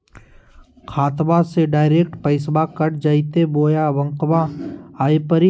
खाताबा से डायरेक्ट पैसबा कट जयते बोया बंकबा आए परी?